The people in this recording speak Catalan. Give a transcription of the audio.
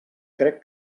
crec